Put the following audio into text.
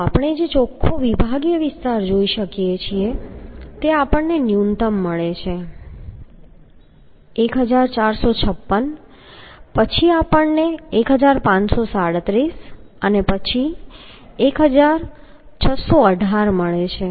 તો આપણે જે ચોખ્ખો વિભાગીય વિસ્તાર જોઈ શકીએ છીએ તે આપણને ન્યૂનતમ મળે છે 1456 પછી આપણને 1537 અને પછી 1618 મળે છે